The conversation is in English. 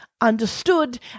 understood